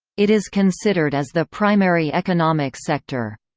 it is considered as the primary economic sector.